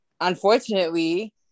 unfortunately